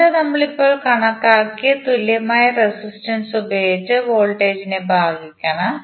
current നമ്മൾ ഇപ്പോൾ കണക്കാക്കിയ തുല്യമായ റെസിസ്റ്റൻസ് ഉപയോഗിച്ച് വോൾട്ടേജ് നെ ഭാഗിക്കണം